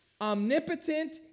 omnipotent